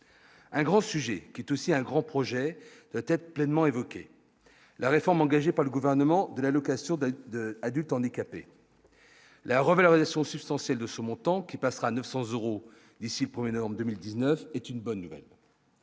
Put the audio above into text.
Un grand sujet qui est aussi un grand projet tête pleinement évoquer la réforme engagée par le gouvernement de la location d'2 adultes handicapés. La revalorisation substantielle de ce montant, qui passera à 900 euros ici pour les normes 2019 est une bonne nouvelle,